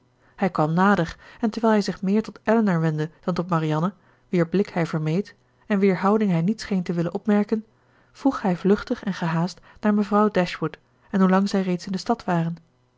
hij kwam nader en terwijl hij zich meer tot elinor wendde dan tot marianne wier blik hij vermeed en wier houding hij niet scheen te willen opmerken vroeg bij vluchtig en gehaast naar mevrouw dashwood en hoe lang zij reeds in de stad waren